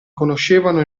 conoscevano